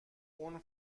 اون